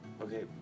Okay